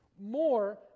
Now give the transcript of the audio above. more